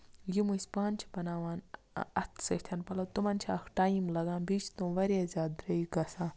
یِم أسۍ پانہٕ چھِ بَناوان اَتھٕ سۭتۍ مطلب تِمَن چھُ اکھ ٹایم لگان بیٚیہِ چھِ تٔمۍ واریاہ زیادٕ درٛگۍ گژھان